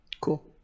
Cool